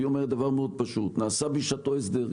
והיא אומרת דבר מאוד פשוט: נעשה בשעתו הסדר.